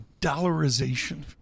dollarization